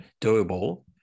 doable